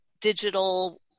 digital